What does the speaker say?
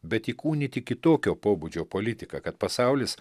bet įkūnyti kitokio pobūdžio politiką kad pasaulis